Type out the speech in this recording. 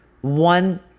one